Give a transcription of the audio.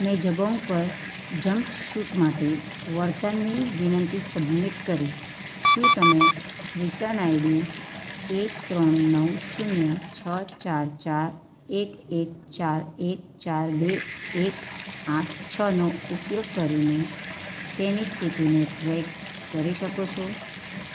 મેં જબોન્ગ પર jumpsuit માટે વળતરની વિનંતી સબમિટ કરી શું તમે રિટન આઇડી એક ત્રણ નવ શૂન્ય છ ચાર ચાર એક એક ચાર એક ચાર બે એક આઠ છનો ઉપયોગ કરીને તેની સ્થિતિને ટ્રેક કરી શકો છો